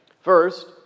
First